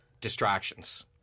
distractions